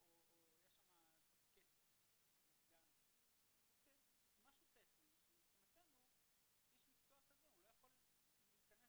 זה משהו טכני ומבחינתנו איש מקצוע כזה לא יכול להיכנס